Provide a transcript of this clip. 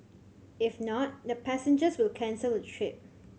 if not the passengers will cancel the trip